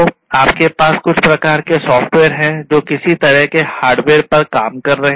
तो आपके पास कुछ प्रकार के सॉफ्टवेयर हैं जो किसी तरह के हार्डवेयर पर काम कर रहे